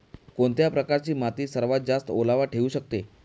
कोणत्या प्रकारची माती सर्वात जास्त ओलावा ठेवू शकते?